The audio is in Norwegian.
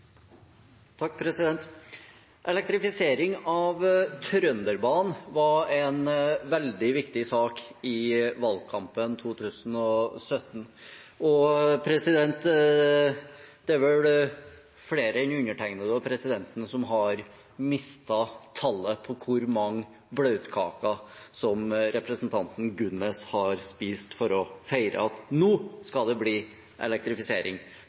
Elektrifisering av Trønderbanen var en veldig viktig sak i valgkampen 2017. Og president, det er vel flere enn undertegnede og presidenten som har mistet tallet på hvor mange bløtkaker representanten Gunnes har spist for å feire at nå skal det bli elektrifisering